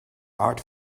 art